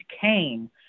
cane